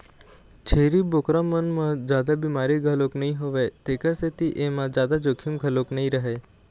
छेरी बोकरा मन म जादा बिमारी घलोक नइ होवय तेखर सेती एमा जादा जोखिम घलोक नइ रहय